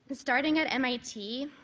starting at mit,